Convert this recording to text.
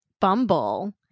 Bumble